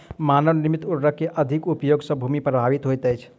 मानव निर्मित उर्वरक के अधिक उपयोग सॅ भूमि प्रभावित होइत अछि